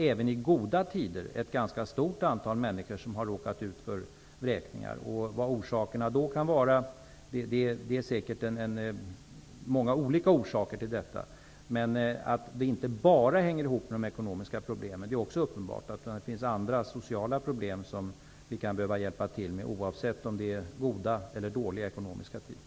Även i goda tider har ett ganska stort antal människor råkat ut för vräkningar. Det finns säkert många olika orsaker till detta. Det är uppenbart att det inte bara hänger ihop med de ekonomiska problemen. Det finns andra, sociala, problem som vi kan behöva hjälpa till med oavsett om det är goda eller dåliga tider.